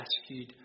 rescued